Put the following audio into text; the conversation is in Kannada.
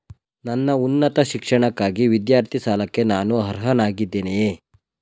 ನನ್ನ ಉನ್ನತ ಶಿಕ್ಷಣಕ್ಕಾಗಿ ವಿದ್ಯಾರ್ಥಿ ಸಾಲಕ್ಕೆ ನಾನು ಅರ್ಹನಾಗಿದ್ದೇನೆಯೇ?